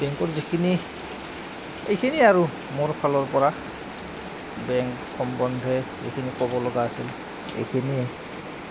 বেংকৰ যিখিনি এইখিনিয়ে আৰু মোৰ ফালৰ পৰা বেংক সম্বন্ধে যিখিনি ক'ব লগা আছিল এইখিনিয়ে